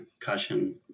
concussion